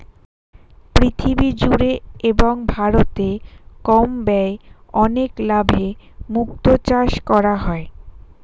পৃথিবী জুড়ে এবং ভারতে কম ব্যয়ে অনেক লাভে মুক্তো চাষ করা হয়